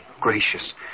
gracious